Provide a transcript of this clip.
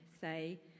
say